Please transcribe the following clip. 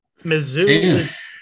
Mizzou